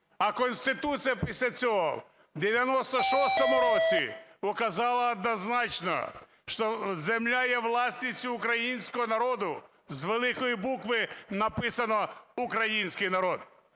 А Конституція після цього в 96-му році показала однозначно, що земля є власністю Українського народу, з великої букви написано "Український народ".